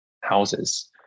houses